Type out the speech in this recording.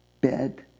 bed